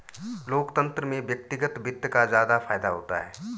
लोकतन्त्र में व्यक्तिगत वित्त का ज्यादा फायदा होता है